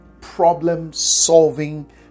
problem-solving